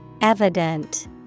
Evident